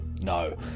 No